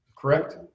correct